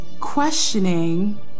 questioning